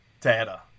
data